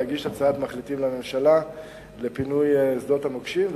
להגיש הצעת מחליטים לממשלה לפינוי שדות המוקשים.